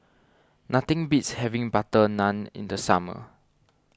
nothing beats having Butter Naan in the summer